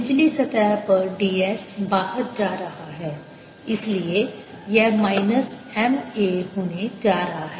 निचली सतह पर d s बाहर जा रहा है इसलिए यह माइनस M a होने जा रहा है